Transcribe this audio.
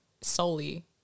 solely